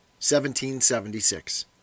1776